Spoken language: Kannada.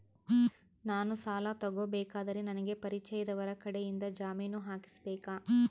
ನಾನು ಸಾಲ ತಗೋಬೇಕಾದರೆ ನನಗ ಪರಿಚಯದವರ ಕಡೆಯಿಂದ ಜಾಮೇನು ಹಾಕಿಸಬೇಕಾ?